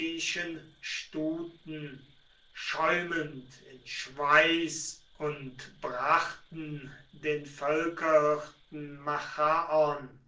stuten schäumend in schweiß und brachten den völkerhirten